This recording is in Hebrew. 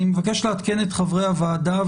אני מבקש לעדכן את חברי הוועדה,